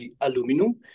aluminum